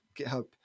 github